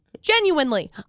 genuinely